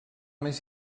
més